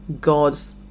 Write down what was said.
God's